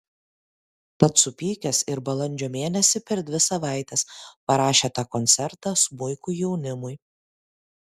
tad supykęs ir balandžio mėnesį per dvi savaites parašė tą koncertą smuikui jaunimui